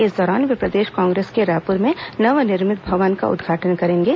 इस दौरान वे प्रदेश कांग्रेस के रायपुर में नवनिर्मित भवन का उद्घाटन करेंगे